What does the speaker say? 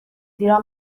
زیرا